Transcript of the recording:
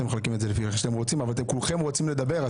אתם מחלקים את זה לפי איך שאתם רוצים אבל כולכם רוצים לדבר,